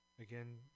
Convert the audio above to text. again